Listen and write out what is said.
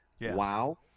wow